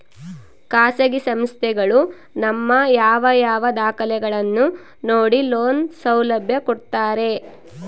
ಖಾಸಗಿ ಸಂಸ್ಥೆಗಳು ನಮ್ಮ ಯಾವ ಯಾವ ದಾಖಲೆಗಳನ್ನು ನೋಡಿ ಲೋನ್ ಸೌಲಭ್ಯ ಕೊಡ್ತಾರೆ?